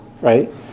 right